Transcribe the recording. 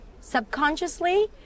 subconsciously